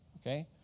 Okay